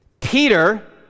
Peter